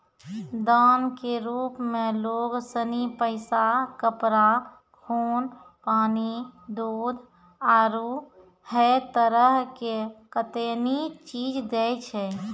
दान के रुप मे लोग सनी पैसा, कपड़ा, खून, पानी, दूध, आरु है तरह के कतेनी चीज दैय छै